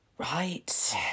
Right